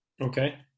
Okay